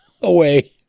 away